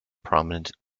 prominent